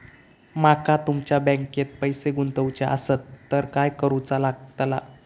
माका तुमच्या बँकेत पैसे गुंतवूचे आसत तर काय कारुचा लगतला?